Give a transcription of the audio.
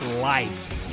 life